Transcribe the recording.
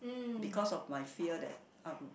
because of my fear that I'm